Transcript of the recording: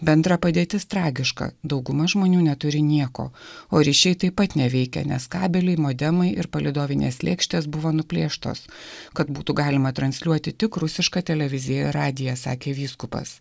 bendra padėtis tragiška dauguma žmonių neturi nieko o ryšiai taip pat neveikia nes kabeliai modemai ir palydovinės lėkštės buvo nuplėštos kad būtų galima transliuoti tik rusišką televiziją radiją sakė vyskupas